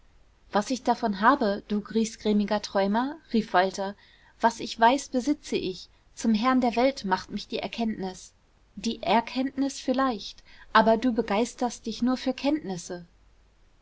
was ich davon habe du griesgrämiger träumer rief walter was ich weiß besitze ich zum herrn der welt macht mich die erkenntnis die erkenntnis vielleicht aber du begeisterst dich nur für kenntnisse